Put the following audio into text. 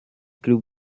club